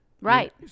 Right